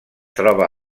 troba